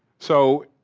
so,